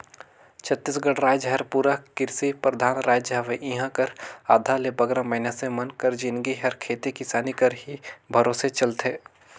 छत्तीसगढ़ राएज हर पूरा किरसी परधान राएज हवे इहां कर आधा ले बगरा मइनसे मन कर जिनगी हर खेती किसानी कर ही भरोसे चलथे